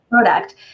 product